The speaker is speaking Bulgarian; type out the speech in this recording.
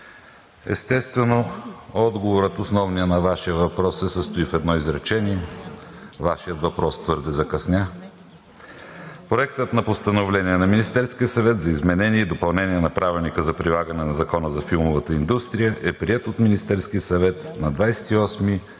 естествено, основният отговор на Вашия въпрос се състои в едно изречение – Вашият въпрос твърде закъсня. Проектът на Постановление на Министерския съвет за изменение и допълнение на Правилника за прилагане на Закона за филмовата индустрия е приет от Министерския съвет на 28